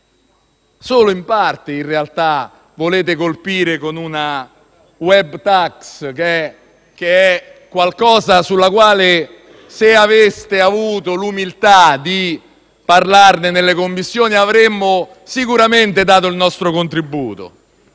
solo in parte, in realtà, volete colpire con una *web tax*, un'idea alla quale, se aveste avuto l'umiltà di parlarne nelle Commissioni, avremmo sicuramente dato il nostro contributo.